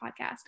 podcast